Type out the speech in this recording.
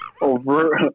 over